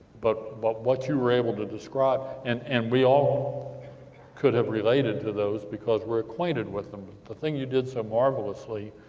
but but what you were able to describe, and and we all could have related to those, because we're acquainted with them the thing you did so marvelously,